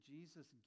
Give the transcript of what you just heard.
Jesus